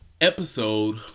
episode